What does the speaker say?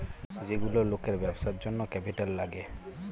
যেগুলো লোকের ব্যবসার জন্য ক্যাপিটাল লাগে